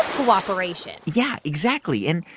cooperation yeah, exactly. and,